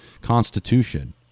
Constitution